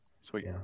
Sweet